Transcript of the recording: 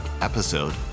episode